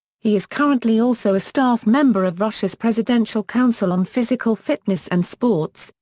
he is currently also a staff member of russia's presidential council on physical fitness and sports,